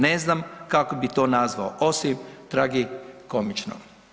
Ne znam kako bih to nazvao osim tragikomično.